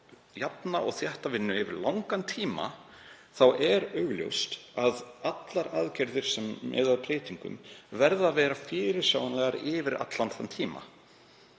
og þétta vinnu yfir langan tíma er augljóst að allar aðgerðir sem miða að breytingum verða að vera fyrirsjáanlegar yfir allan þann tíma.